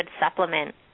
supplement